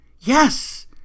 Yes